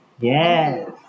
yes